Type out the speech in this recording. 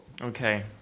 Okay